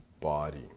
body